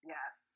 Yes